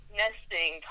nesting